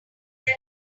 that